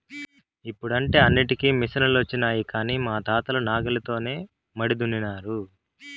ఇప్పుడంటే అన్నింటికీ మిసనులొచ్చినాయి కానీ మా తాతలు నాగలితోనే మడి దున్నినారు